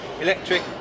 electric